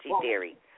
theory